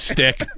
Stick